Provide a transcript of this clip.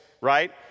right